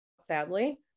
sadly